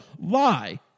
lie